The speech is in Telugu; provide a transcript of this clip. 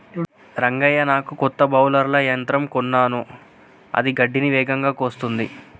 రంగయ్య నాకు కొత్త బౌలర్ల యంత్రం కొన్నాను అది గడ్డిని వేగంగా కోస్తుంది